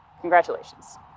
congratulations